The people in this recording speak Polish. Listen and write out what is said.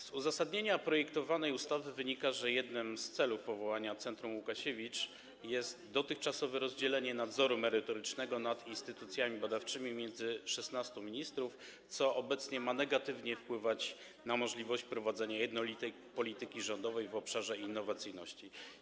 Z uzasadnienia projektowanej ustawy wynika, że jednym z celów powołania Centrum Łukasiewicz jest dotychczasowe rozdzielenie nadzoru merytorycznego nad instytucjami badawczymi między 16 ministrów, co obecnie ma negatywnie wpływać na możliwość prowadzenia jednolitej polityki rządowej w obszarze innowacyjności.